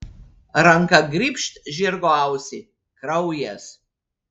ranka grybšt žirgo ausį kraujas